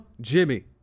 Jimmy